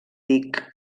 dic